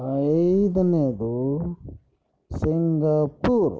ಐದನೆದು Singapore